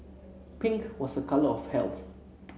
pink was a colour of health